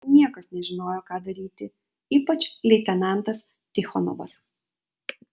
niekas nežinojo ką daryti ypač leitenantas tichonovas